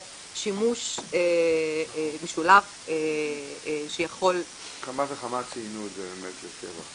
או שימוש משולב שיכול --- כמה וכמה ציינו את זה באמת לשבח.